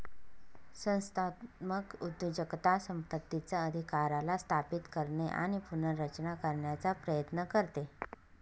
संस्थात्मक उद्योजकता संपत्तीचा अधिकाराला स्थापित करणे आणि पुनर्रचना करण्याचा प्रयत्न करते